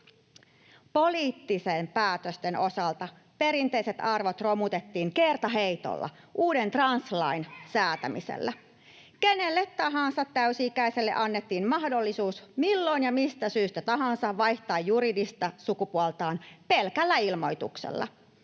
Poliittisten päätösten osalta perinteiset arvot romutettiin kertaheitolla uuden translain säätämisellä. Kenelle tahansa täysi-ikäiselle annettiin mahdollisuus milloin ja mistä syystä tahansa vaihtaa juridista sukupuoltaan pelkällä ilmoituksella.